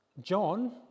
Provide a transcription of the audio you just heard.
John